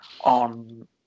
on